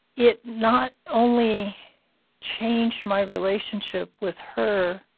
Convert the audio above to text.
it not only changed my relationship with her.